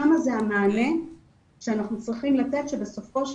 שם זה המענה שאנחנו צריכים לתת שבסופו של